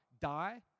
die